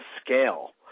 scale